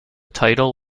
title